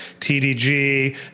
TDG